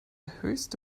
höchste